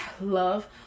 love